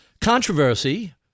controversy